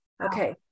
Okay